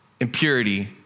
Impurity